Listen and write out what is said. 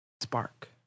spark